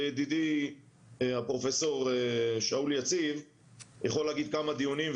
וידידי הפרופסור שאול יציב יכול להגיד כמה דיונים,